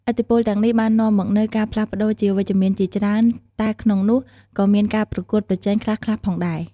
ឥទ្ធិពលទាំងនេះបាននាំមកនូវការផ្លាស់ប្ដូរជាវិជ្ជមានជាច្រើន តែក្នុងនោះក៏មានការប្រកួតប្រជែងខ្លះៗផងដែរ។